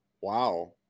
Wow